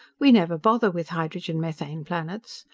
we never bother with hydrogen-methane planets.